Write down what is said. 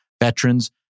veterans